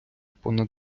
понад